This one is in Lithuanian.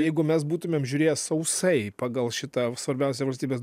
jeigu mes būtumėm žiūrės sausai pagal šitą svarbiausią valstybės